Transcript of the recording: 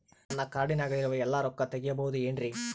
ನನ್ನ ಕಾರ್ಡಿನಾಗ ಇರುವ ಎಲ್ಲಾ ರೊಕ್ಕ ತೆಗೆಯಬಹುದು ಏನ್ರಿ?